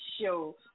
show